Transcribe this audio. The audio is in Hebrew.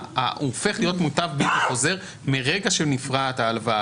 שהוא הופך להיות מוטב בלתי חוזר מרגע שנפרעת ההלוואה,